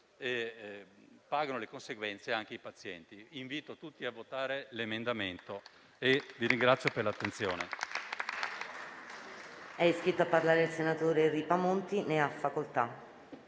pagano le conseguenze anche i pazienti. Invito tutti a votare l'emendamento e vi ringrazio per l'attenzione.